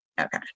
Okay